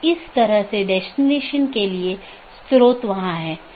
इसलिए समय समय पर जीवित संदेश भेजे जाते हैं ताकि अन्य सत्रों की स्थिति की निगरानी कर सके